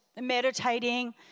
meditating